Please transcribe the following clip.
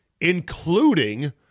including